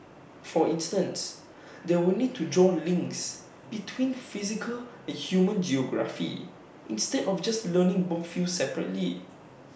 for instance they will need to draw links between physical and human geography instead of just learning both fields separately